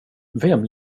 vem